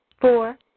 four